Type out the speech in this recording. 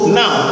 now